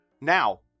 Now